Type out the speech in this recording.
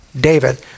David